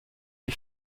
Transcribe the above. les